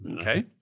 Okay